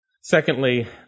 Secondly